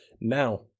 Now